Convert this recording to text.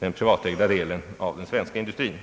privatägda delen av den svenska industrin.